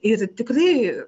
ir tikrai